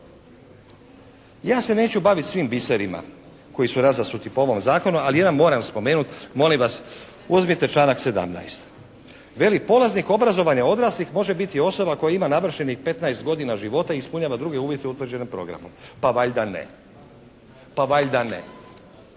Ja se neću baviti svim biserima koji su razasuti po ovom zakonu, ali jedan moram spomenuti. Molim vas uzmite članak 17. Veli: «Polaznik obrazovanja odraslih može biti osoba koja ima navršenih 15 godina života i ispunjava druge uvjete utvrđene programom». Pa valjda ne, pa valjda ne.